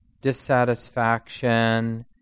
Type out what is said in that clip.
dissatisfaction